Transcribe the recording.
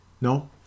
No